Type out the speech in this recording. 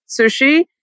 sushi